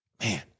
man